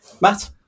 Matt